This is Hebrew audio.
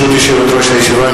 ברשות יושבת-ראש הישיבה,